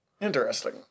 Interesting